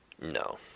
No